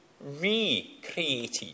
recreated